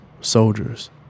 soldiers